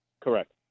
Correct